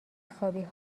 خوابی